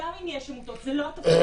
גם אם יש עמותות זה לא התפקיד שלהם.